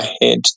ahead